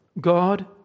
God